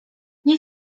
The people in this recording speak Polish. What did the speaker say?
nie